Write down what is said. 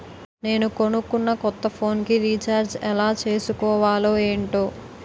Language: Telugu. నేను కొనుకున్న కొత్త ఫోన్ కి రిచార్జ్ ఎలా చేసుకోవాలో ఏంటో